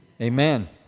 amen